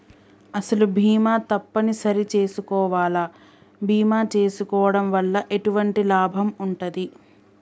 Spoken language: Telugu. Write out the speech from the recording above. అసలు బీమా తప్పని సరి చేసుకోవాలా? బీమా చేసుకోవడం వల్ల ఎటువంటి లాభం ఉంటది?